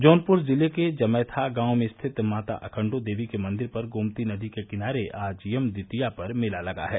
जौनपुर जिले के जमैथा गांव में स्थित माता अखण्डो देवी के मंदिर पर गोमती नदी के किनारे आज यम द्वितीया पर मेला लगा है